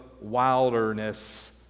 wilderness